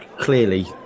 clearly